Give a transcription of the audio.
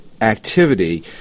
activity